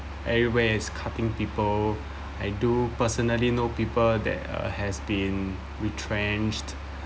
everywhere is cutting people I do personally know people that uh has been retrenched